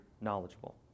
knowledgeable